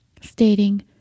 stating